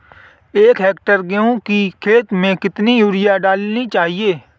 एक हेक्टेयर गेहूँ की खेत में कितनी यूरिया डालनी चाहिए?